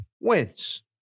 wins